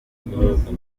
guhugurwa